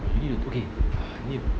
okay